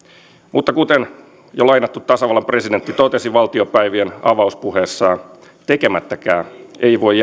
mutta kuten jo lainattu tasavallan presidentti totesi valtiopäivien avauspuheessaan tekemättäkään ei voi